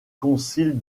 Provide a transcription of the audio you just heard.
concile